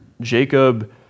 Jacob